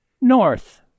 North